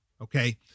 okay